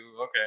Okay